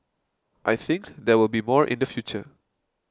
I think there will be more in the future